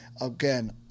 again